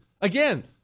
again